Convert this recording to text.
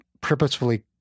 purposefully